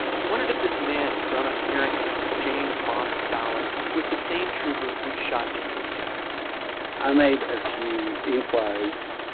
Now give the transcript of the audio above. he wondered if this man he'd grown up hearing about, james bonard fowler, was the same trooper who'd shot jimmie lee jackson i made a few inquiries.